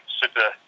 super